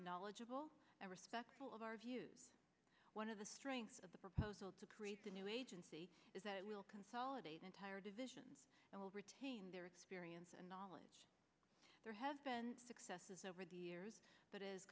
knowledgeable and respectful of our views one of the strengths of the proposal to create a new agency is that it will consolidate entire divisions and will retain their experience and knowledge there have been successes over the years but as